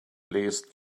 least